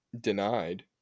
denied